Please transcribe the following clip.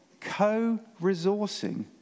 co-resourcing